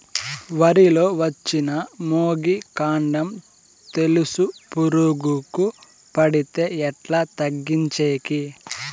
వరి లో వచ్చిన మొగి, కాండం తెలుసు పురుగుకు పడితే ఎట్లా తగ్గించేకి?